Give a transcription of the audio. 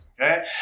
okay